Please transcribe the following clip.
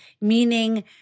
meaning